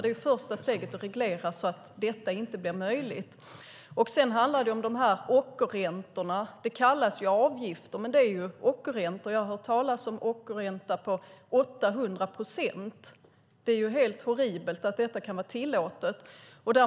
Det första steget är att reglera så att detta inte blir möjligt. Sedan handlar det om ockerräntorna. Det kallas avgifter, men det är ockerräntor. Jag har hört talas om ockerränta på 800 procent. Det är helt horribelt att detta kan vara tillåtet.